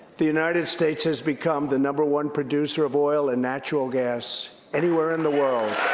the united states has become the number one producer of oil and natural gas anywhere in the world,